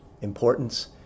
importance